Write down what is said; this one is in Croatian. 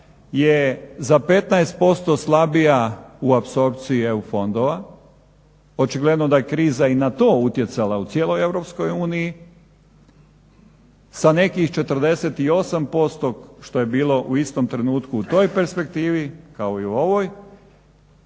je za 15% slabija u apsorpciji EU fondova očigledno da je kriza i na to utjecala u cijeloj EU sa nekih 48% što je bilo u istom trenutku u toj perspektivi kao i u ovoj.